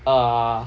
err